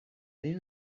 این